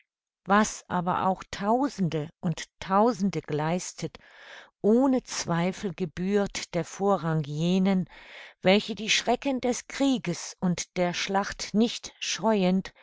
was aber auch tausende und tausende geleistet ohne zweifel gebührt der vorrang jenen welche die schrecken des krieges und der schlacht nicht scheuend